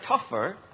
tougher